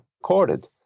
recorded